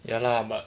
ya lah but